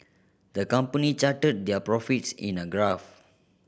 the company charted their profits in a graph